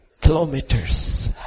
Kilometers